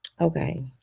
Okay